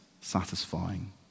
satisfying